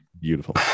beautiful